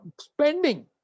spending